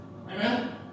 Amen